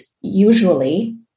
usually